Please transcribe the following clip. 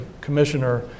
commissioner